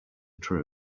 true